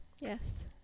yes